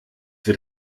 wird